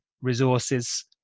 resources